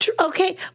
Okay